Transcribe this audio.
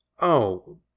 Oh